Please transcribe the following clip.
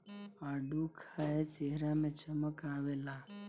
आडू खाए चेहरा में चमक आवेला